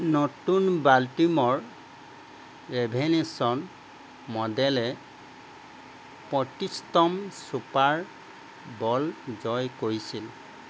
নতুন বাল্টিম'ৰ ৰেভেনছন মডেলে পঁইত্ৰিচতম ছুপাৰ ব'ল জয় কৰিছিল